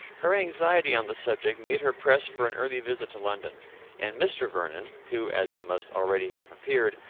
her anxiety on the subject made her press for an early visit to london and mr. vernon, who, as it must already have appeared,